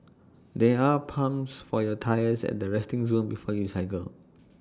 there are pumps for your tyres at the resting zone before you cycle